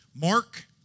Mark